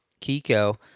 Kiko